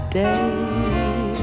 day